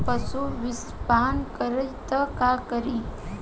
पशु विषपान करी त का करी?